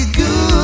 good